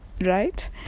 right